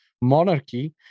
monarchy